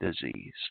disease